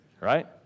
right